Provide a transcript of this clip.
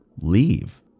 leave